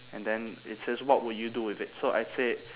and then it says what would you do with it so I said